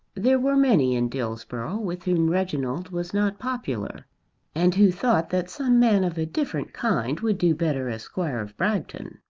there were many in dillsborough with whom reginald was not popular and who thought that some man of a different kind would do better as squire of bragton.